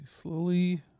slowly